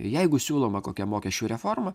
jeigu siūloma kokia mokesčių reforma